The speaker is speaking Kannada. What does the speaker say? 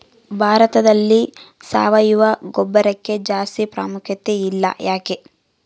ಭಾರತದಲ್ಲಿ ಸಾವಯವ ಗೊಬ್ಬರಕ್ಕೆ ಜಾಸ್ತಿ ಪ್ರಾಮುಖ್ಯತೆ ಇಲ್ಲ ಯಾಕೆ?